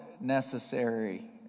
necessary